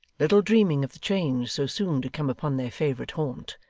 little dreaming of the change so soon to come upon their favourite haunt,